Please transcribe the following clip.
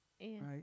Right